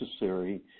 necessary